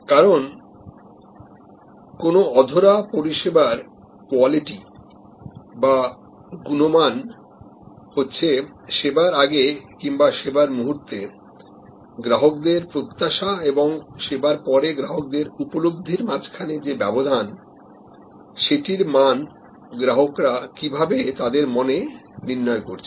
কারণ কোন অধরা পরিষেবার Quality বা গুণমান হচ্ছে সেবার আগে কিংবা সেবার মুহূর্তে গ্রাহকের প্রত্যাশা এবং সেবার পরে গ্রাহকের উপলব্ধি র মাঝখানে যে ব্যবধান সেটির মান গ্রাহকরা কিভাবে তাদের মনে নির্ণয় করছে